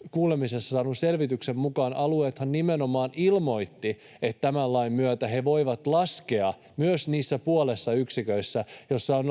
Asiantuntijakuulemisessa saadun selvityksen mukaan alueethan nimenomaan ilmoittivat, että tämän lain myötä he voivat laskea myös niissä puolessa yksiköissä, joissa on 0,7,